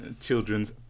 children's